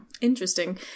Interesting